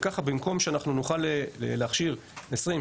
וככה במקום שאנחנו נוכל להכשיר 20,